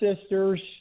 sisters